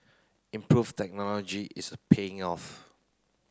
improved technology is paying off